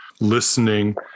listening